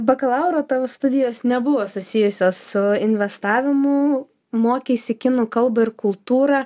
bakalauro tavo studijos nebuvo susijusios su investavimu mokeisi kinų kalbą ir kultūrą